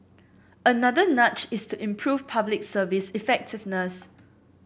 another nudge is to improve Public Service effectiveness